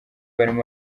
barimu